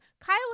Kyle